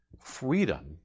Freedom